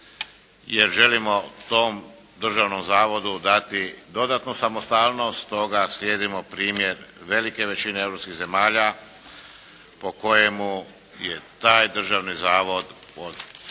jer želimo tom državnom zavodu dati dodatnu samostalnost. Stoga slijedimo primjer velike većine europskih zemalja po kojemu je taj državni zavod pod